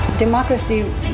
Democracy